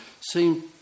seem